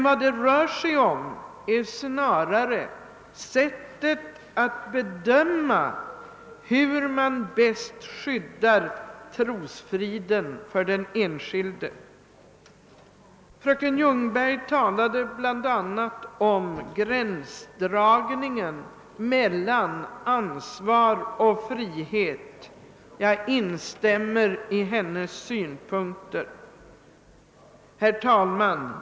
Vad det rör sig om är snarare sättet att bedöma hur man bäst skyddar trosfriden för den enskilde. Fröken Ljungberg talade bl.a. om gränsdragningen mellan ansvar och frihet. Jag instämmer i hennes synpunkter. Herr talman!